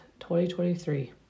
2023